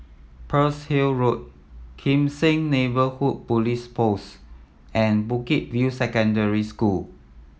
Pearl's Hill Road Kim Seng Neighbourhood Police Post and Bukit View Secondary School